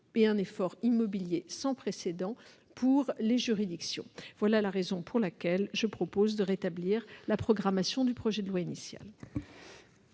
et à un effort immobilier sans précédent pour les juridictions. Pour ces raisons, le Gouvernement propose de rétablir la programmation du projet de loi initial